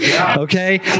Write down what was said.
okay